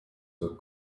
were